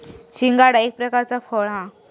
शिंगाडा एक प्रकारचा फळ हा